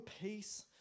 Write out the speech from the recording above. peace